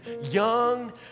young